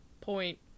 point